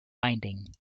binding